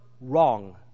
wrong